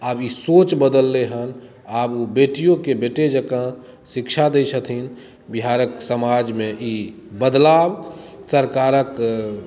आब ई सोच बदललै हेँ आब बेटियोके बेटे जेकाँ शिक्षा दैत छथिन बिहारक समाजमे ई बदलाव सरकारक